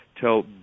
tell